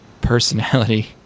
personality